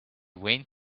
went